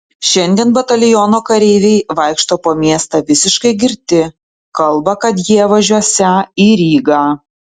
šiandien bataliono kareiviai vaikšto po miestą visiškai girti kalba kad jie važiuosią į rygą